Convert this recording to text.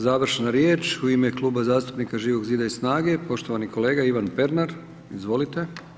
Završna riječ u ime Kluba zastupnika Živog zida i SNAGA-e, poštovani kolega Ivan Pernar, izvolite.